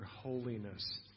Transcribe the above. holiness